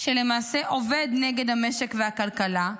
שלמעשה עובד נגד המשק והכלכלה,